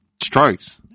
Strokes